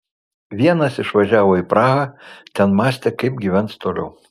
vienas išvažiavo į prahą ten mąstė kaip gyvens toliau